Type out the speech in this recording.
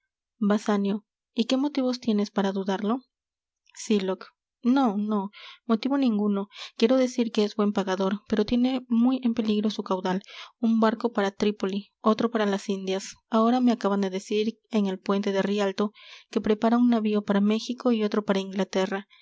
basanio y qué motivos tienes para dudarlo sylock no no motivo ninguno quiero decir que es buen pagador pero tiene muy en peligro su caudal un barco para trípoli otro para las indias ahora me acaban de decir en el puente de rialto que prepara un navío para méjico y otro para inglaterra